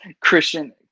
Christian